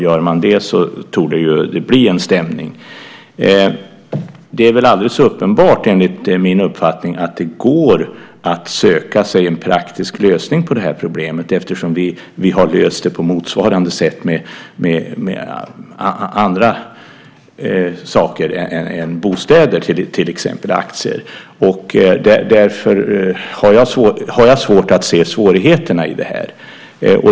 Görs det torde det bli en stämning. Enligt min uppfattning är det alldeles uppenbart att det går att söka sig en praktisk lösning på problemet eftersom vi har löst det på motsvarande sätt med andra saker än bostäder, till exempel aktier. Därför har jag problem med att se svårigheterna i detta.